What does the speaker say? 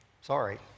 Sorry